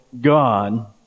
God